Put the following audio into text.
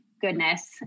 goodness